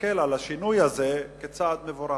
ולהסתכל על השינוי הזה כעל צעד מבורך.